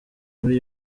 muri